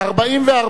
רוץ.